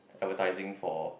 advertising for